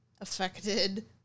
affected